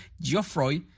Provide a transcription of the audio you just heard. Geoffroy